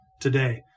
today